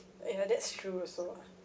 ya that's true also